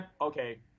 okay